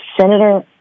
senator